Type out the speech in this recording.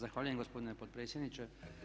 Zahvaljujem gospodine potpredsjedniče.